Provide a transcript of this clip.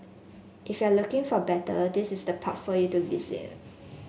if you're looking for battle this is the park for you to visit